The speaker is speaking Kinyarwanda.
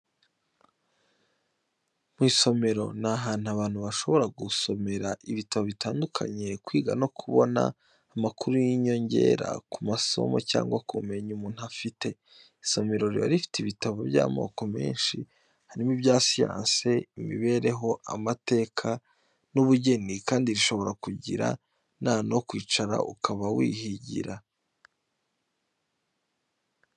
Mu isomero ni ahantu abantu bashobora gusomera ibitabo bitandukanye, kwiga no kubona amakuru y'inyongera ku masomo, cyangwa ku bumenyi umuntu afite. Isomero riba rifite ibitabo by'amoko menshi, harimo ibya siyansi, imibereho, amateka n'ubugeni kandi rishobora kugira n'ahantu ho kwicara ukaba wahigira.